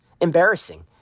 embarrassing